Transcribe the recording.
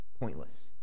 pointless